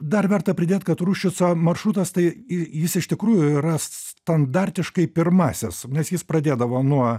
dar verta pridėti kad ruščico maršrutas tai i jis iš tikrųjų yra standartiškai pirmasis nes jis pradėdavo nuo